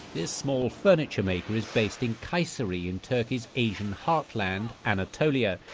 this small furniture maker is based in kayseri in turkey's asian heartland, anatolia.